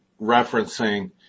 referencing